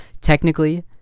technically